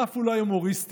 הדף אולי הומוריסטי,